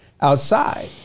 outside